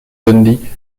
dundee